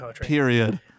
period